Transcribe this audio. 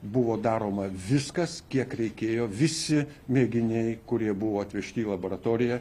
buvo daroma viskas kiek reikėjo visi mėginiai kurie buvo atvežti į laboratoriją